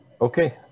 Okay